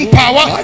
power